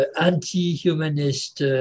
anti-humanist